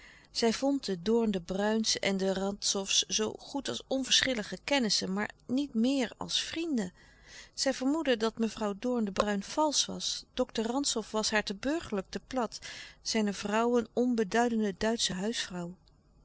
zij vond de doorn de bruijns en de rantzows nu goed als onverschillige kennissen maar niet meer als vrienden zij vermoedde dat mevrouw doorn de bruijn valsch was dokter rantzow was haar te burgerlijk te plat zijne vrouw een onbeduidende duitsche huisvrouw